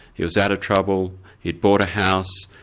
he was out of trouble, he'd bought a house,